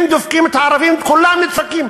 אם דופקים את הערבים כולם נדפקים.